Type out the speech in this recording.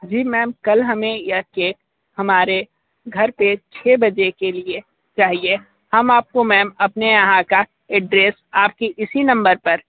जी ma'am कल हमें यह केक हमारे घर पर छः बजे के लिए चाहिए हम आपको मैम अपने यहाँ का एड्रेस आपके इसी नंबर पर